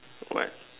what